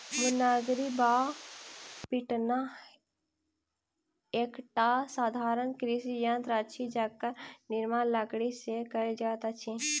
मुंगरी वा पिटना एकटा साधारण कृषि यंत्र अछि जकर निर्माण लकड़ीसँ कयल जाइत अछि